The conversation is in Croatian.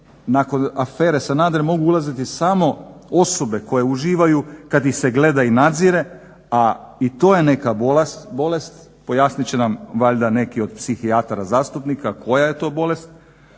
nakon afere Sanader mogu ulaziti samo osobe koje uživaju kad ih se gleda i nadzire, a i to je neka bolest, pojasnit će nam valjda neki od psihijatara zastupnika, koja je to bolest.